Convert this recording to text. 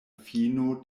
fino